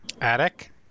attic